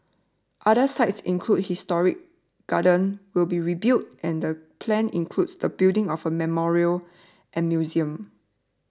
other sites including historic gardens will be rebuilt and the plan includes the building of a memorial and museum